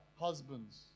husbands